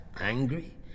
Angry